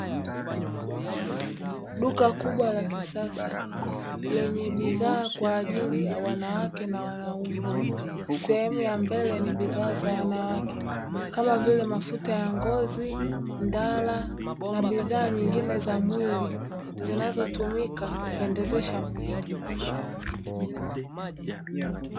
Duka kubwa la kisasa lenye bidhaa kwa ajili ya wanawake na wanaume, sehemu ya mbele ni bidhaa za wanawake kama vile mafuta ya ngozi, ndala na bidhaa nyingine za mwili zinazotumika kupendezesha mwili.